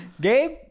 Gabe